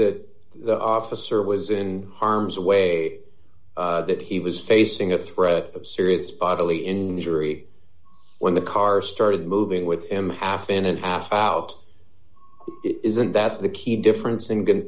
that the officer was in harm's way that he was facing a threat of serious bodily injury when the car started moving with him half in and half out isn't that the key difference in g